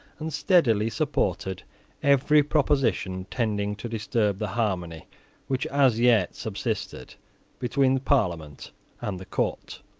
and steadily supported every proposition tending to disturb the harmony which as yet subsisted between the parliament and the court.